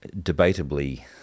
debatably